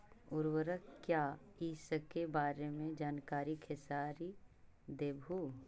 उर्वरक क्या इ सके बारे मे जानकारी खेसारी देबहू?